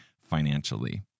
financially